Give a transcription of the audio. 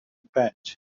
badge